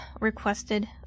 requested